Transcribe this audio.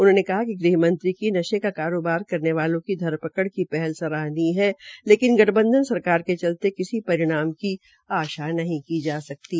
उन्होंने कहा कि ग़हमंत्री की नशे का कारोबार करने वालों की धरपकड़ की पहली सराहनीय है लेकिन गठबंधन सरकार के चलते किसी परिणाम की आशा नहीं है